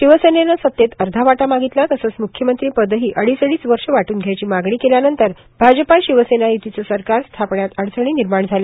शिवसेनेने सतेत अर्धा वाटा मागितला तसंच म्ख्यमंत्रीपदही अडीच अडीच वर्षे वाटून घ्यायची मागणी केल्यानंतर भाजपा शिवसेना युतीचे सरकार स्थापनेत अडचणी निर्माण झाल्या